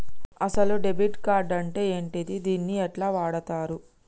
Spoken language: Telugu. అసలు డెబిట్ కార్డ్ అంటే ఏంటిది? దీన్ని ఎట్ల వాడుతరు?